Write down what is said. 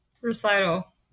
recital